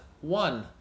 one